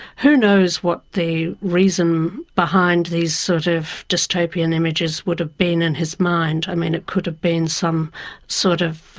who knows what the reason behind these sort of dystopian images would have been in his mind. i mean, it could have been some sort of.